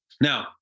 Now